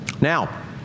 Now